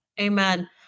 Amen